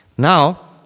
Now